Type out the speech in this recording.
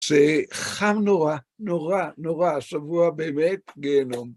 זה חם נורא, נורא, נורא, שבוע באמת גהנום.